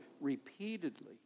repeatedly